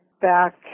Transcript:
Back